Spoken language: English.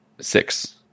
six